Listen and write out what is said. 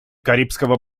карибского